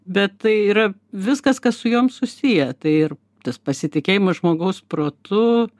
bet tai yra viskas kas su jom susiję tai ir tas pasitikėjimas žmogaus protu